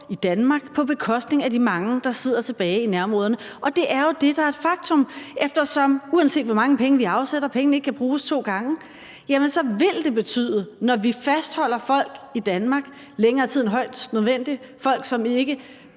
i Danmark på bekostning af de mange, der sidder tilbage i nærområderne. Og det er jo det, der er et faktum. Eftersom pengene ikke kan bruges to gange, uanset hvor mange penge vi afsætter, vil det betyde, når vi fastholder folk i Danmark længere tid end højst nødvendigt – folk, som ikke